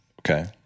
Okay